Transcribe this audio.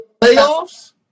playoffs